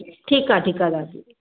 ठीक आहे ठीक आहे दादी